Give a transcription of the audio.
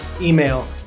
email